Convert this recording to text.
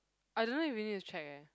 I don't know if we need to check eh